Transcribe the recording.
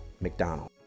McDonald